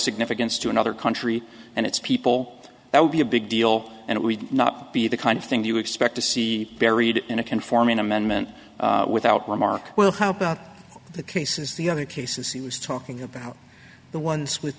significance to another country and its people that would be a big deal and we not be the kind of thing you expect to see buried in a conforming amendment without remark well how about the cases the other cases he was talking about the ones with